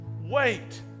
wait